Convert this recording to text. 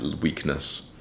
weakness